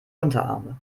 unterarme